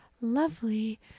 lovely